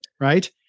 right